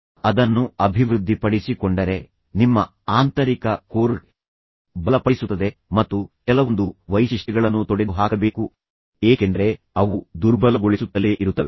ನೀವು ಅದನ್ನು ಅಭಿವೃದ್ಧಿಪಡಿಸಿಕೊಂಡರೆ ಅದು ನಿಮ್ಮ ಆಂತರಿಕ ಕೋರ್ ಅನ್ನು ಬಲಪಡಿಸುತ್ತದೆ ಮತ್ತು ಕೆಲವೊಂದು ವೈಶಿಷ್ಟ್ಯಗಳನ್ನು ನೀವು ತೊಡೆದುಹಾಕಬೇಕು ಏಕೆಂದರೆ ಅವು ನಿಮ್ಮ ಆಂತರಿಕ ಕೋರ್ ಅನ್ನು ದುರ್ಬಲಗೊಳಿಸುತ್ತಲೇ ಇರುತ್ತವೆ